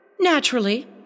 Naturally